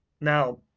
Now